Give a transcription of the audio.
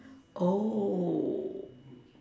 oh